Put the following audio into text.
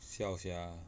siao sia